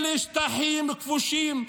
אלה שטחים כבושים.